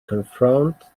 confront